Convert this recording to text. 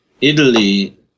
Italy